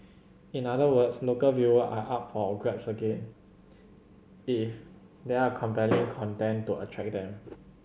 in other words local viewers are up for grabs again if there are compelling content to attract them